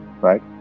right